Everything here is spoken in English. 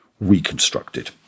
reconstructed